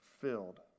filled